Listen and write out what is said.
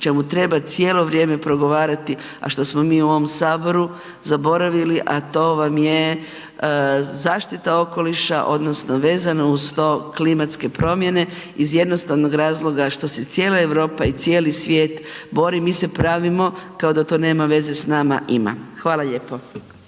čemu treba cijelo vrijeme progovarati a što smo mi u ovom Saboru zaboravili sa to vam je zaštita okoliša, odnosno vezano uz klimatske promjene iz jednostavnog razloga što se cijela Europa i cijeli svijet bori, mi se pravimo kao da to nema veze s nama. Ima. Hvala lijepo.